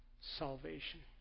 salvation